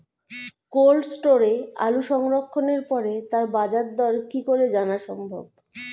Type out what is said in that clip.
Cold স্টোরে আলু সংরক্ষণের পরে তার বাজারদর কি করে জানা সম্ভব?